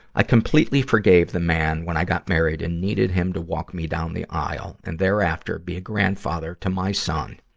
i completely forgave the man when i got married and needed him to walk me down the aisle, and thereafter be a grandfather to my son.